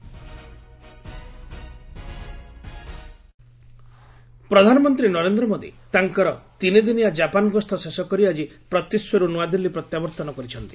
PM Japan ପ୍ରଧାନମନ୍ତ୍ରୀ ନରେନ୍ଦ୍ର ମୋଦି ତାଙ୍କର ତିନିଦିନିଆ ଜାପାନ୍ ଗସ୍ତ ଶେଷ କରି ଆଜି ପ୍ରତ୍ୟୁଷରୁ ନୂଆଦିଲ୍ଲୀ ପ୍ରତ୍ୟାବର୍ତ୍ତନ କରିଛନ୍ତି